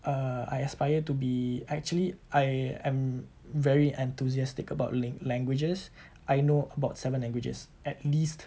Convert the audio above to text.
uh I aspire to be actually I am very enthusiastic about ling~ languages I know about seven languages at least